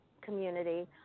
community